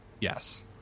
yes